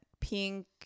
Pink